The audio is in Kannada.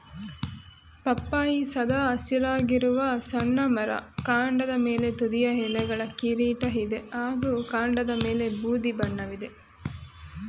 ಪಪ್ಪಾಯಿ ಸದಾ ಹಸಿರಾಗಿರುವ ಸಣ್ಣ ಮರ ಕಾಂಡದ ಮೇಲೆ ತುದಿಯ ಎಲೆಗಳ ಕಿರೀಟ ಇದೆ ಹಾಗೂ ಕಾಂಡದಮೇಲೆ ಬೂದಿ ಬಣ್ಣವಿದೆ